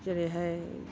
जेरैहाय